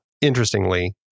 interestingly